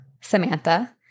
Samantha